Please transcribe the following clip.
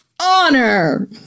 Honor